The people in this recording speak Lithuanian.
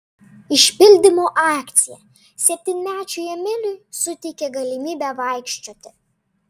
išsipildymo akcija septynmečiui emiliui suteikė galimybę vaikščioti